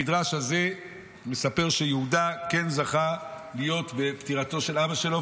המדרש הזה מספר שיהודה כן זכה להיות בפטירתו של אבא שלו,